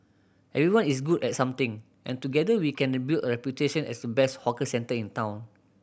everyone is good at something and together we can build a reputation as the best hawker centre in town